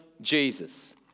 Jesus